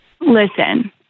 Listen